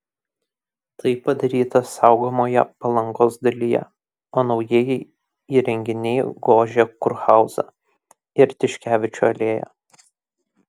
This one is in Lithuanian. tai padaryta saugomoje palangos dalyje o naujieji įrenginiai gožia kurhauzą ir tiškevičių alėją